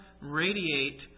radiate